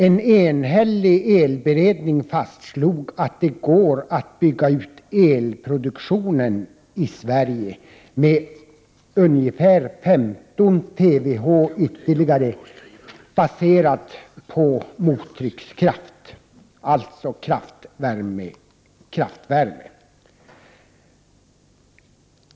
Men en enig elberedning fastslog att det går att bygga ut elproduktionen i Sverige med ungefär 15 TWh ytterligare, baserade på mottryckskraft, alltså kraftvärme.